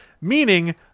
meaning